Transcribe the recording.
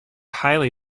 highly